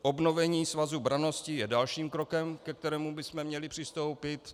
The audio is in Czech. Obnovení Svazu brannosti je dalším krokem, ke kterému bychom měli přistoupit.